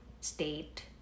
state